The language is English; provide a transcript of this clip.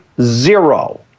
zero